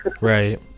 Right